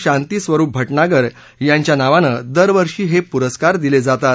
शांती स्वरुप भटनागर यांच्या नावानं दरवर्षी हे पुरस्कार दिले जातात